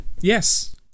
Yes